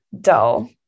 dull